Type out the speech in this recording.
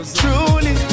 truly